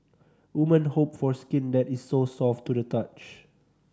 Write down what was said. woman hope for skin that is so soft to the touch